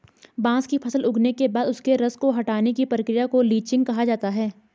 बांस की फसल उगने के बाद उसके रस को हटाने की प्रक्रिया को लीचिंग कहा जाता है